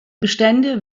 bestände